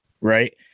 right